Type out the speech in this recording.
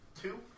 Two